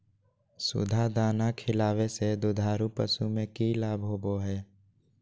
सुधा दाना खिलावे से दुधारू पशु में कि लाभ होबो हय?